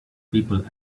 people